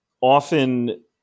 often